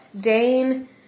Dane